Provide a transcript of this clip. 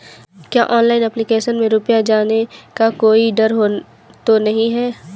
क्या online application में रुपया जाने का कोई डर तो नही है?